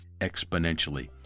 exponentially